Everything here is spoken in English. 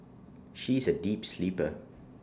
she is A deep sleeper